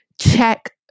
check